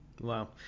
wow